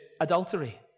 adultery